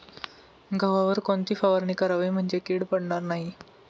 गव्हावर कोणती फवारणी करावी म्हणजे कीड पडणार नाही?